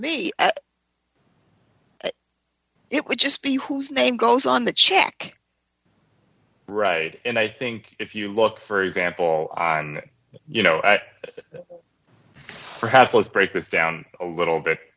me it would just be whose name goes on the check right and i think if you look for example on you know at perhaps let's break this down a little bit